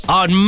on